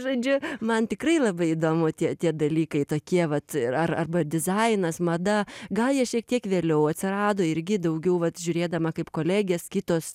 žodžiu man tikrai labai įdomu tie tie dalykai tokie vat ar arba dizainas mada gal jie šiek tiek vėliau atsirado irgi daugiau vat žiūrėdama kaip kolegės kitos